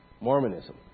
Mormonism